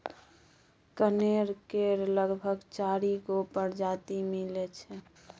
कनेर केर लगभग चारि गो परजाती मिलै छै